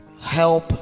help